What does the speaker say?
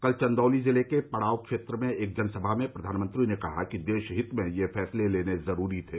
कल चंदौली जिले के पड़ाव क्षेत्र में एक जनसभा में प्रघानमंत्री ने कहा कि देशहित में ये फैसले लेने जरूरी थे